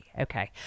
Okay